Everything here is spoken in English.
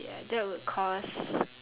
ya that would cause